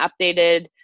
updated